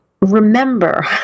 remember